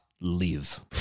live